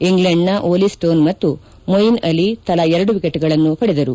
ಇಂಗ್ಲೆಂಡ್ನ Olly Stone ಮತ್ತು ಮೊಯಿನ್ ಅಲಿ ತಲಾ ಎರಡು ವಿಕೆಟ್ಗಳನ್ನು ಪಡೆದರು